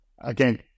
again